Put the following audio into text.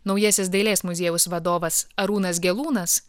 naujasis dailės muziejaus vadovas arūnas gelūnas